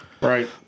Right